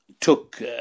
took